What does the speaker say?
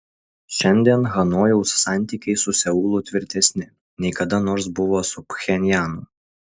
šiandien hanojaus santykiai su seulu tvirtesni nei kada nors buvo su pchenjanu